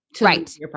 Right